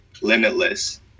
limitless